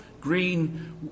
green